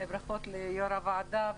ברכות ליו"ר הוועדה.